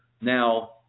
Now